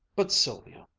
but, sylvia,